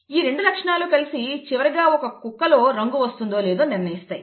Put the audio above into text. ఈ రెండు లక్షణాలు కలిసి చివరిగా ఒక కుక్క లో రంగు వస్తుందో లేదో నిర్ణయిస్తాయి